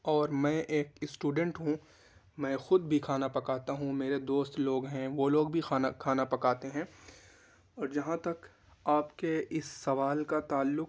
اور میں ایک اسٹوڈینٹ ہوں میں خود بھی کھانا پکاتا ہوں میرے دوست لوگ ہیں وہ لوگ کھانہ کھانا پکاتے ہیں اور جہاں تک آپ کے اس سوال کا تعلق